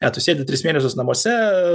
ne tu sėdi tris mėnesius namuose